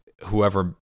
whoever